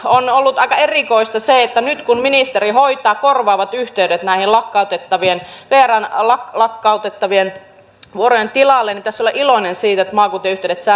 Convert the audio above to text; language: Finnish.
on ollut aika erikoista se että nyt kun ministeri hoitaa korvaavat yhteydet näiden lakkautettavien vrn vuorojen tilalle niin pitäisi olla iloinen siitä että maakuntien yhteydet säilyvät